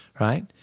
right